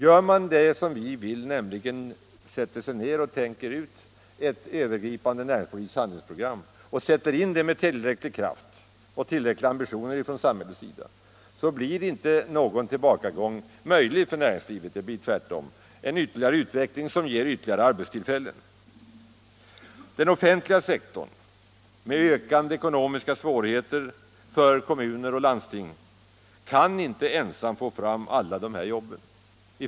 Gör man det som vi vill, nämligen sätter sig ned och tänker ut ett övergripande näringspolitiskt handlingsprogram och sätter in det med Näringspolitiken Näringspolitiken tillräcklig kraft och tillräckliga ambitioner från samhällets sida, blir inte någon tillbakagång möjlig för näringslivet; det blir tvärtom en ytterligare utveckling, som ger ytterligare arbetstillfällen. Den offentliga sektorn, med ökande ekonomiska svårigheter för kommuner och landsting, kan inte ensam få fram alla de här jobben.